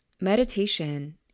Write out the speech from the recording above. meditation